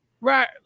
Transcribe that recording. right